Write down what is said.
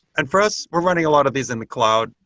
and for us, we're running a lot of these in the cloud.